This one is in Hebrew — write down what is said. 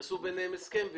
יעשו ביניהם הסכם.